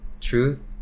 truth